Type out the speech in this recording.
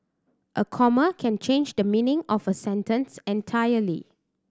a comma can change the meaning of a sentence entirely